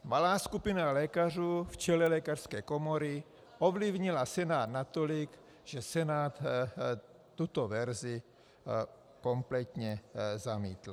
Malá skupina lékařů v čele lékařské komory ovlivnila Senát natolik, že Senát tuto verzi kompletně zamítl.